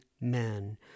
men